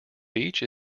beach